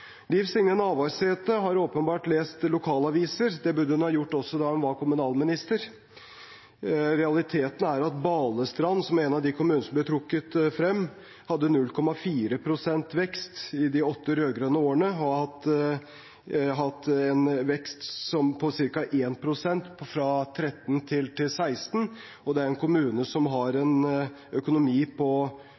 Liv Signe Navarsete har åpenbart lest lokalaviser. Det burde hun ha gjort også da hun var kommunalminister. Realiteten er at Balestrand, som er en av de kommunene som ble trukket frem, hadde 0,4 pst. vekst i de åtte rød-grønne årene og har hatt en vekst på ca. 1 pst. fra 2013 til 2016. Og det er en kommune som har en økonomi på